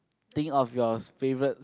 think of your favourite